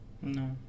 no